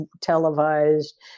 televised